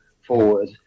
forward